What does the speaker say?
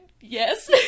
Yes